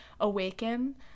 awaken